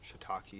shiitake